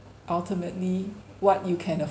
ultimately what you can